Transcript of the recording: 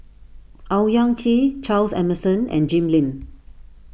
Owyang Chi Charles Emmerson and Jim Lim